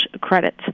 credit